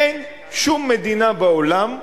אין שום מדינה בעולם.